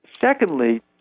Secondly